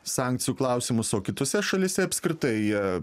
sankcijų klausimus o kitose šalyse apskritai jie